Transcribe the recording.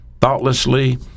thoughtlessly